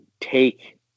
take